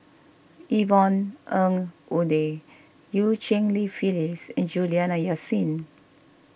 Yvonne Ng Uhde Eu Cheng Li Phyllis and Juliana Yasin